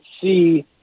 see